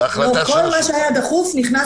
כל מה שהיה דחוף נכנס